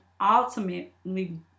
ultimately